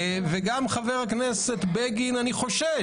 וגם חבר הכנסת בגין אני חושש,